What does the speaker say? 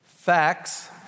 Facts